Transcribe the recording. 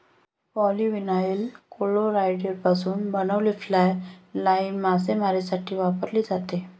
polyvinyl क्लोराईडपासून बनवलेली fly line मासेमारीसाठी वापरली जाते